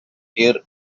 year